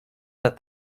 that